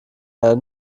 einer